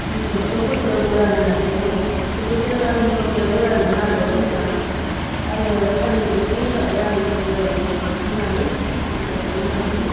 ड'क्टरफोरखो बया होननानै बुङो थेवबो जों आंनि मथे बया नङा आरो मोजां आङो आंनि बिबदि हिसाबै आं मिडिकेलाव बांसिन लाङो मिडिकेलखौ मोजां मोनो